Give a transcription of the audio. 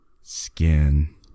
skin